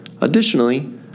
Additionally